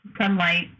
sunlight